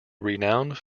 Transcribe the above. renowned